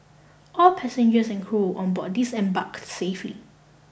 all passengers and crew on board disembarked safely